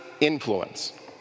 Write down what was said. influence